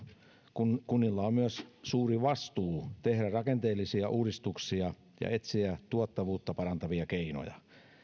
niin kunnilla on myös suuri vastuu tehdä rakenteellisia uudistuksia ja etsiä tuottavuutta parantavia keinoja